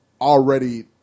already